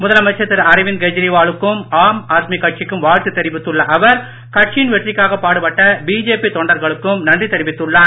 முதலமைச்சர் திரு அரவிந்த் கெஜரிவாலுக்கும் ஆம் ஆத்மி கட்சிக்கும் வாழ்த்து தெரிவித்துள்ள அவர் கட்சியின் வெற்றிக்காக பாடுபட்ட பிஜேபி தொண்டர்களுக்கும் நன்றி தெரிவித்துள்ளார்